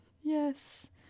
Yes